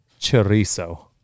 chorizo